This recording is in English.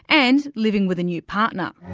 and living with a new partner.